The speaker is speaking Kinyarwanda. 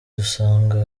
dusanga